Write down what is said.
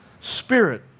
Spirit